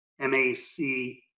M-A-C